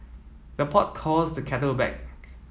the pot calls the kettle black